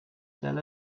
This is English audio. sell